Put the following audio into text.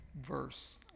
verse